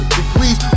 degrees